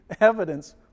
evidence